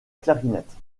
clarinette